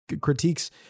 critiques